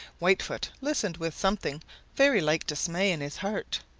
whitefoot listened with something very like dismay in his heart.